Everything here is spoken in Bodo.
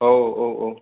औ औ औ